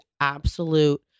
absolute